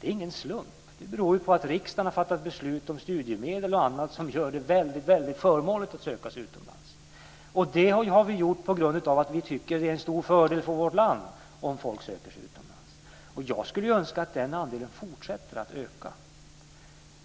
Det är ingen slump. Det beror ju på att riksdagen har fattat beslut om studiemedel och annat som gör det väldigt förmånligt att söka sig utomlands. Detta har vi gjort på grund av att vi tycker att det är en stor fördel för vårt land om folk söker sig utomlands. Jag skulle önska att denna andel fortsätter att öka.